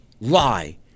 lie